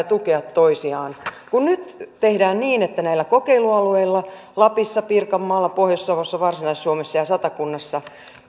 tukea toisiaan kun nyt tehdään niin että näillä kokeilualueilla lapissa pirkanmaalla pohjois savossa varsinais suomessa ja satakunnassa